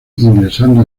ingresando